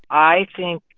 i think